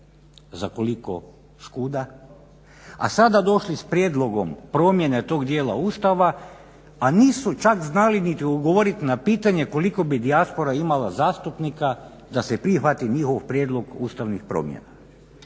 za koliko škuda, a sada došli s prijedlogom promjene tog dijela Ustava, a nisu čak znači niti odgovoriti na pitanje koliko bi dijaspora imala zastupnika da se prihvati njihov prijedlog ustavnih promjena.